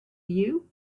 you